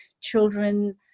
children